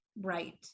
right